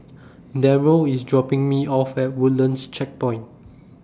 Darryll IS dropping Me off At Woodlands Checkpoint